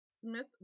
Smith